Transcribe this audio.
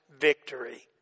victory